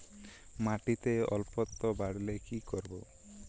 মাটিতে অম্লত্ব বাড়লে কি করব?